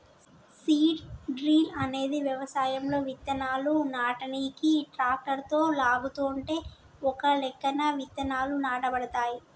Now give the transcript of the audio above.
seed drill అనేది వ్యవసాయంలో విత్తనాలు నాటనీకి ట్రాక్టరుతో లాగుతుంటే ఒకలెక్కన విత్తనాలు నాటబడతాయి